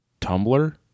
Tumblr